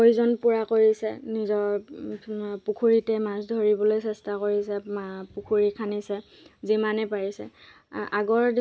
মাছমৰীয়া মাছমৰীয়াসকল মাছমৰীয়াসকলে এনেকৈয়ে জীৱন নিৰ্বাহ কৰে আৰু সমাজৰ কাৰণে বহুত ভাল ভাল ভাল কাম কৰে